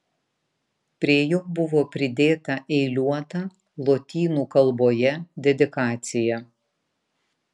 prie jo buvo pridėta eiliuota lotynų kalboje dedikacija